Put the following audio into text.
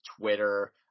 Twitter